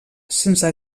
sense